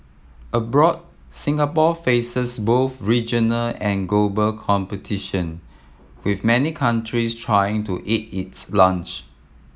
abroad Singapore faces both regional and global competition with many countries trying to eat its lunch